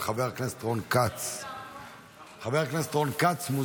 של חבר הכנסת רון כץ.